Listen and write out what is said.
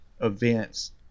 events